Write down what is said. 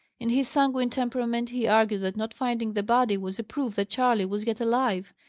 in his sanguine temperament, he argued that not finding the body was a proof that charley was yet alive,